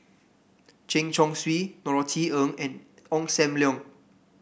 Chen Chong Swee Norothy Ng and Ong Sam Leong